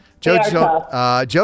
Joe